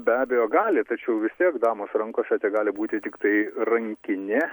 be abejo gali tačiau vis tiek damos rankose tegali būti tiktai rankinė